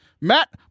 Matt